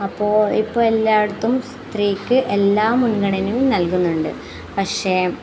അപ്പോൾ ഇപ്പം എല്ലായിടത്തും സ്ത്രീക്ക് എല്ലാ മുൻഗണയും നൽകുന്നുണ്ട് പക്ഷേ